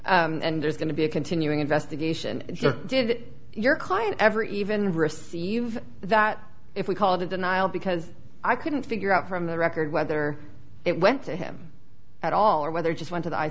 and there's going to be a continuing investigation did your client ever even receive that if we called a denial because i couldn't figure out from the record whether it went to him at all or whether just want